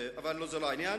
אבל זה לא העניין,